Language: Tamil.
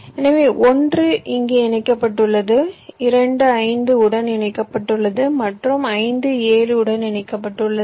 எனவே 1 இங்கே இணைக்கப்பட்டுள்ளது 2 5 உடன் இணைக்கப்பட்டுள்ளது மற்றும் 5 7 உடன் இணைக்கப்பட்டுள்ளது